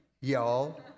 y'all